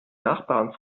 nachbarn